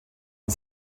und